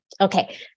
Okay